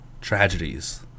tragedies